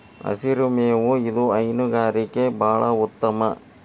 ಹಸಿರು ಮೇವು ಇದು ಹೈನುಗಾರಿಕೆ ಬಾಳ ಉತ್ತಮ